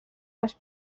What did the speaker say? les